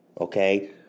okay